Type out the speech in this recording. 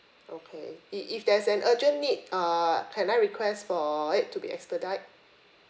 okay if if there's an urgent need err can I request for it to be expedite